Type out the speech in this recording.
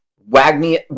Wagner